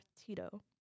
Tito